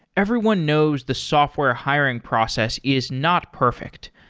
everyone knows the software hiring process is not perfect.